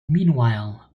meanwhile